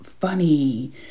funny